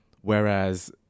Whereas